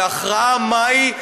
בלמנו את